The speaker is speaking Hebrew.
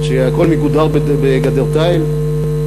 שהכול מגודר בגדר תיל,